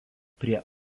prie